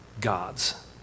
gods